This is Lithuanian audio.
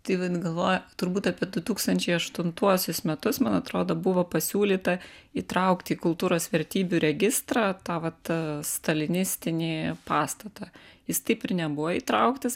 tai vat galvoju turbūt apie du tūkstančiai aštuntuosius metus man atrodo buvo pasiūlyta įtraukti į kultūros vertybių registrą tą vat stalinistinį pastatą jis taip ir nebuvo įtrauktas